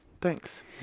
Thanks